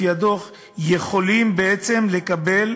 לפי הדוח הם יכולים בעצם לקבל